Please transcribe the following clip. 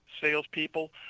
salespeople